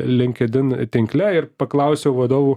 linkedin tinkle ir paklausiau vadovų